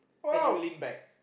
and you lean back